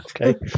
Okay